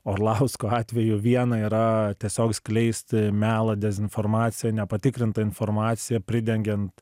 orlausko atveju viena yra tiesiog skleisti melą dezinformaciją nepatikrintą informaciją pridengiant